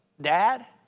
dad